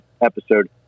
episode